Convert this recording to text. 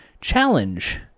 challenge